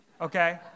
okay